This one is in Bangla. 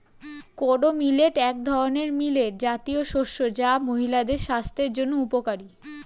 কোডো মিলেট এক ধরনের মিলেট জাতীয় শস্য যা মহিলাদের স্বাস্থ্যের জন্য উপকারী